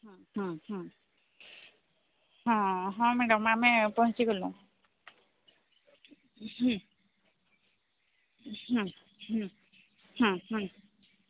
ହଁଁ ହଁ ହଁ ମ୍ୟାଡ଼ମ୍ ଆମେ ପହଞ୍ଚିଗଲୁ